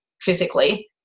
physically